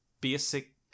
basic